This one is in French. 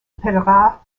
appellera